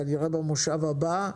כנראה במושב הבא,